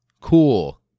cool